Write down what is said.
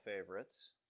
favorites